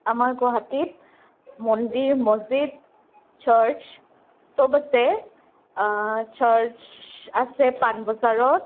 আমাৰ গুৱাহাটীত মন্দিৰ মছজিদ ছাৰ্চ চব আছে ছাৰ্চ আছে পাণবজাৰত